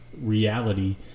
reality